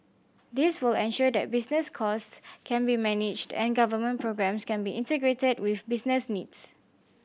this will ensure that business cost can be managed and government programmes can be integrated with business needs